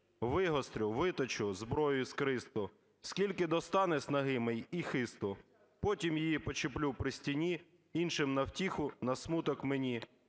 Вигострю, виточу зброю іскристу, Скільки достане снаги мені й хисту, Потім її почеплю при стіні Іншим на втіху, на смуток мені.